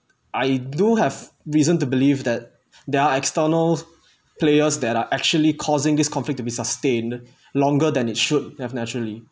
I do have reason to believe that there are externals players that are actually causing this conflict to be sustained longer than it should have naturally